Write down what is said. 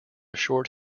short